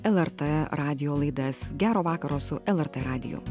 lrt radijo laidas gero vakaro su lrt radiju